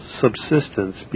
subsistence